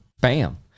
Bam